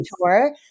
tour